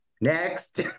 Next